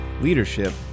leadership